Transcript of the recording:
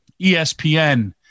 ESPN